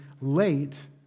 late